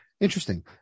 Interesting